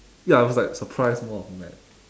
ya I was like surprised more of mad